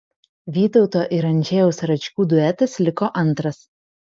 vytauto ir andžejaus račkų duetas liko antras